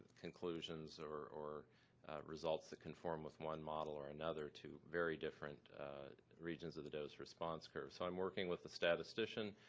conclusions or or results that conform with one model or another to very different regions of the dose response group. so um working with the statistician,